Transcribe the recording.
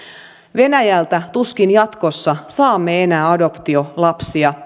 venäjältä tuskin jatkossa saamme enää adoptiolapsia